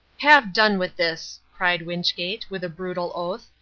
have done with this! cried wynchgate, with a brutal oath.